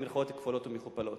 במירכאות כפולות ומכופלות.